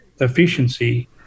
efficiency